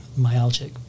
myalgic